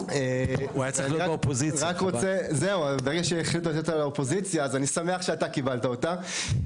ברגע שהחליטו לתת אותה לאופוזיציה אז אני שמח שאתה קיבלת אותה.